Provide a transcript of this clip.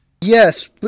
yes